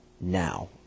now